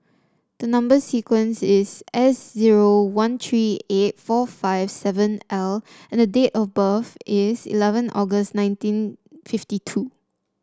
the number sequence is S zero one three eight four five seven L and date of birth is eleven August nineteen fifty two